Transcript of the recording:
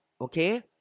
okay